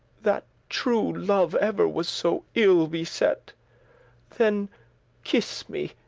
that true love ever was so ill beset then kiss me,